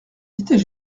étais